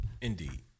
Indeed